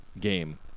game